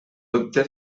dubte